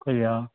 खंय या